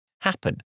happen